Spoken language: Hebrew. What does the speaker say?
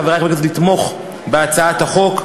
חברי חברי הכנסת, לתמוך בהצעת החוק.